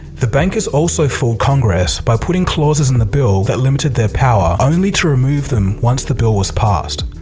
the bankers also fooled congress by putting clauses in the bill that limited their power only to remove them once the bill was passed.